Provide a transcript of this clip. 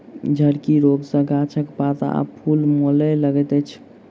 झड़की रोग सॅ गाछक पात आ फूल मौलाय लगैत अछि